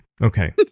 Okay